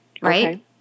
right